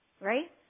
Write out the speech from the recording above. Right